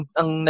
ang